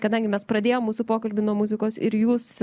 kadangi mes pradėjom mūsų pokalbį nuo muzikos ir jūs